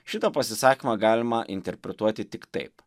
šitą pasisakymą galima interpretuoti tik taip